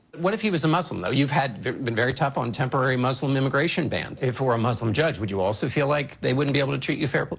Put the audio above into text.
what if he was a muslim though? you've had been very tough on temporary muslim immigration ban. if it were a muslim judge, would you also feel like they wouldn't be able to treat you fairly,